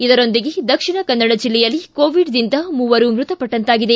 ಇದರೊಂದಿಗೆ ದಕ್ಷಿಣ ಕನ್ನಡ ಜಿಲ್ಲೆಯಲ್ಲಿ ಕೋವಿಡ್ದಿಂದ ಮೂವರು ಮೃತ ಪಟ್ಟಂತಾಗಿದೆ